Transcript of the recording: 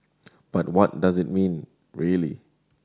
but what does it mean really